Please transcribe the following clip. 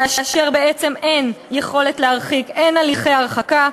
כאשר בעצם אין יכולת להרחיק, אין הליכי הרחקה,